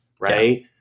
right